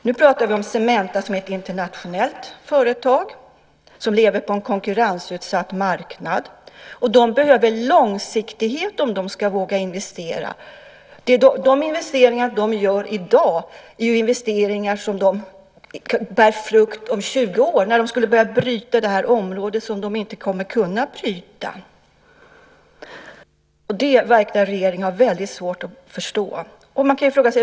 Nu pratar vi om Cementa, som är ett internationellt företag som lever på en konkurrensutsatt marknad. Cementa behöver långsiktighet för att våga investera. De investeringar som görs i dag är investeringar som bär frukt om 20 år, det vill säga när de skulle behöva börja bryta det område som de inte kommer att kunna bryta. Det verkar regeringen ha svårt att förstå.